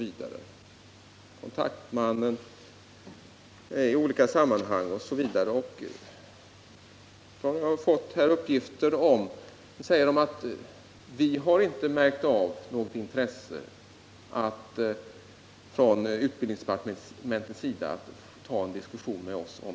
Jag har fått uppgifterna att de inte har märkt av något intresse från utbildningsdepartementets sida av att ta upp en diskussion.